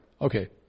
Okay